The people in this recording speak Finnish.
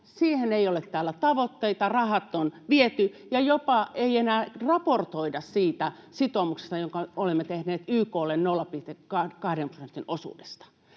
Siihen ei ole täällä tavoitteita, rahat on viety, ja jopa ei enää raportoida siitä sitoumuksesta, jonka olemme tehneet YK:lle 0,2 prosentin osuudesta.